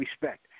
respect